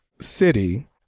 city